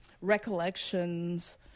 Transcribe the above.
recollections